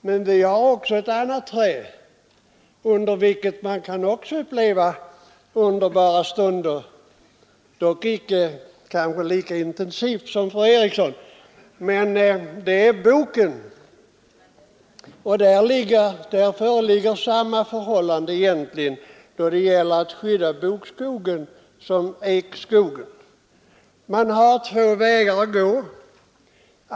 Men vi har också ett annat träd under vilket man kan uppleva underbara stunder, även om vi kanske inte upplever dem lika intensivt som fru Eriksson. Det är boken. Att skydda bokskogen är lika viktigt som att skydda ekskogen. Man har två vägar att gå.